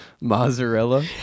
Mozzarella